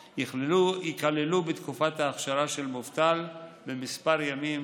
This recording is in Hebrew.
ייכללו בתקופת ההכשרה של מובטל במספר ימים,